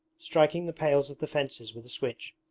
striking the pales of the fences with a switch,